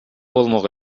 болмок